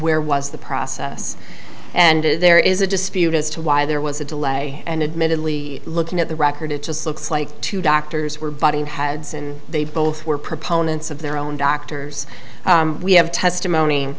where was the process and if there is a dispute as to why there was a delay and admittedly looking at the record it just looks like two doctors were voting heads and they both were proponents of their own doctors we have testimony